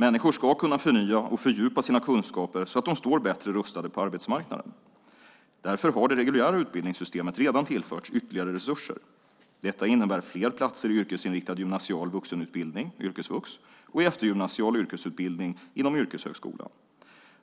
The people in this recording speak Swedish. Människor ska kunna förnya och fördjupa sina kunskaper så att de står bättre rustade på arbetsmarknaden. Därför har det reguljära utbildningssystemet redan tillförts ytterligare resurser. Detta innebär fler platser i yrkesinriktad gymnasial vuxenutbildning, yrkesvux, och i eftergymnasial yrkesutbildning inom yrkeshögskolan.